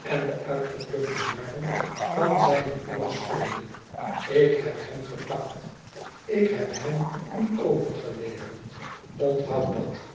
en de uitgeplukte haren van zijne vingers schuddende ik heb hem gepaktl ikheb hem u overgeleverd i onthoud dat